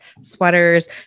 sweaters